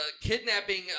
kidnapping